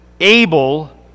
able